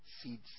seeds